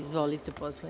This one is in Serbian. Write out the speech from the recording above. Izvolite.